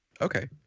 Okay